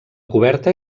coberta